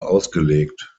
ausgelegt